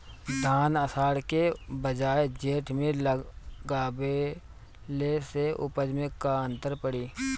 धान आषाढ़ के बजाय जेठ में लगावले से उपज में का अन्तर पड़ी?